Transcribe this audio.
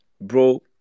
bro